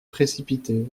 précipitée